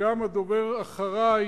שגם הדובר אחרי,